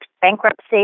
bankruptcy